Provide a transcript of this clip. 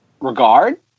regard